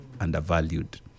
undervalued